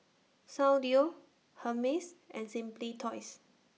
Soundteoh Hermes and Simply Toys